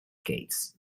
skates